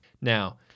Now